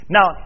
Now